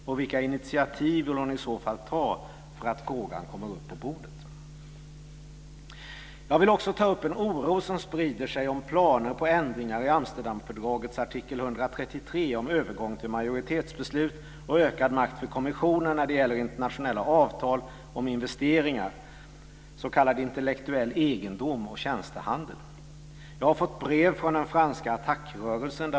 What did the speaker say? Och vilka initiativ bör hon i så fall ta för att frågan ska komma upp på bordet? Jag vill också ta upp en oro som sprider sig inför planer om ändringar i Amsterdamfördragets artikel Jag har fått brev från den franska Attackrörelsen.